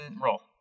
roll